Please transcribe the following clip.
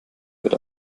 wird